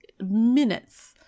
minutes